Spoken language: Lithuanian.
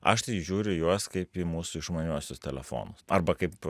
aš tai žiūriu į juos kaip į mūsų išmaniuosius telefonus arba kaip